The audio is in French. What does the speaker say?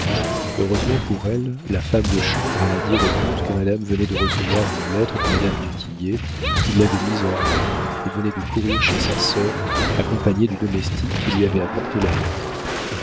heureusement pour elle la femme de chambre alla dire au comte que madame venait de recevoir une lettre de madame du tillet qui l'avait mise hors d'elle et venait de courir chez sa sœur accompagnée du domestique qui lui avait apporté la lettre